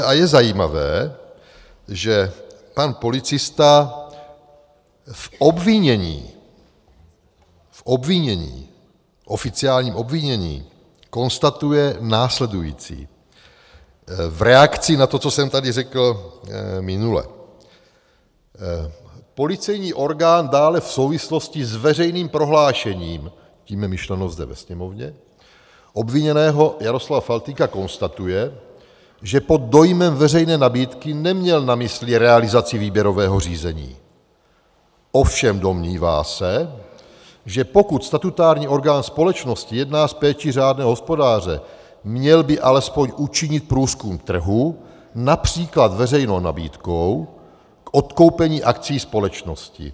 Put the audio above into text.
A je zajímavé, že pan policista v obvinění, v oficiálním obvinění konstatuje následující v reakci na to, co jsem tady řekl minule: Policejní orgán dále v souvislosti s veřejným prohlášením tím je myšleno zde ve Sněmovně obviněného Jaroslava Faltýnka konstatuje, že pod dojmem veřejné nabídky neměl na mysli realizaci výběrového řízení, ovšem domnívá se, že pokud statutární orgán společnosti jedná s péčí řádného hospodáře, měl by alespoň učinit průzkum trhu, například veřejnou nabídkou k odkoupení akcií společnosti.